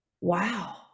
Wow